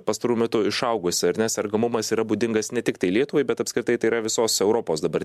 pastaruoju metu išaugusi ar ne sergamumas yra būdingas ne tiktai lietuvai bet apskritai tai yra visos europos dabar